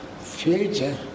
Future